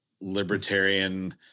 libertarian